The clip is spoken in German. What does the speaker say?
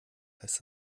heißt